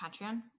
Patreon